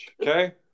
Okay